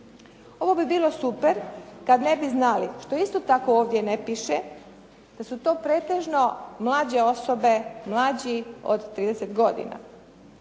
Ovo bi bilo super kad ne bi znali, što isto tako ovdje ne piše, da su to pretežno mlađe osobe, mlađi od 30 godina.